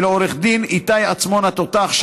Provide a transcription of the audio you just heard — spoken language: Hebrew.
ולעו"ד איתי עצמון התותח,